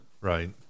Right